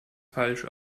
falsch